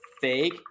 fake